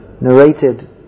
narrated